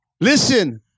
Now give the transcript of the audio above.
Listen